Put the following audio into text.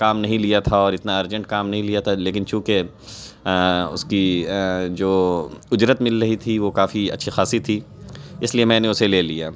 کام نہیں لیا تھا اور اتنا ارجینٹ کام نہیں لیا تھا لیکن چونکہ اس کی جو اجرت مل رہی تھی وہ کافی اچھی خاصی تھی اس لیے میں نے اسے لے لیا